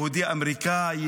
יהודי אמריקאי,